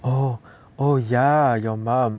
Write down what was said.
oh oh ya your mom